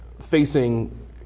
facing